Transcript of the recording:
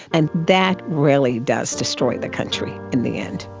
and that really does destroy the country in the end.